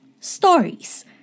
stories